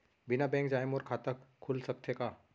बिना बैंक जाए मोर खाता खुल सकथे का?